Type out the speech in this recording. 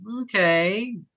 okay